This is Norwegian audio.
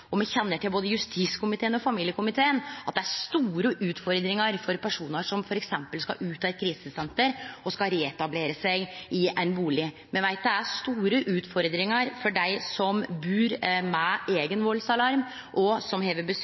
og me kjenner til både i justiskomiteen og i familiekomiteen at det er store utfordringar for personar som f.eks. skal ut av eit krisesenter og reetablere seg i ein bustad. Me veit det er store utfordringar for dei som bur med eigen valdsalarm, og som